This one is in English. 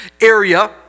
area